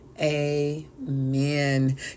amen